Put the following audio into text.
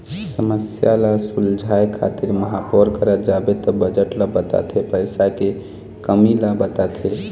समस्या ल सुलझाए खातिर महापौर करा जाबे त बजट ल बताथे पइसा के कमी ल बताथे